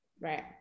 Right